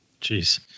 jeez